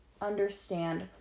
understand